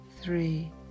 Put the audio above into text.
Three